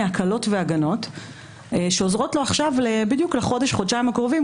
הקלות והגנות שעוזרות לו לחודש-חודשיים הקרובים,